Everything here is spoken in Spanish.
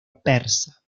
persa